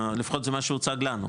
לפחות זה מה שהוצג לנו,